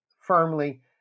firmly